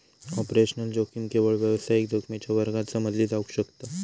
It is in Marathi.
ऑपरेशनल जोखीम केवळ व्यावसायिक जोखमीच्या वर्गात समजली जावक शकता